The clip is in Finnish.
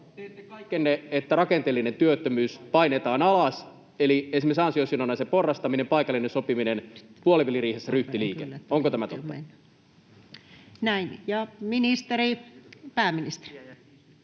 teette kaikkenne, että rakenteellinen työttömyys painetaan alas? Eli esimerkiksi ansiosidonnaisen porrastaminen, paikallinen sopiminen, puoliväliriihessä ryhtiliike — onko tämä totta? [Speech